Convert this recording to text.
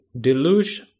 deluge